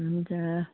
हुन्छ